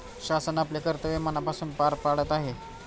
शासन आपले कर्तव्य मनापासून पार पाडत आहे